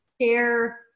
share